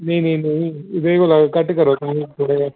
नेई नेईं एह्दे कोला घट्ट करो तुस थोह्ड़ा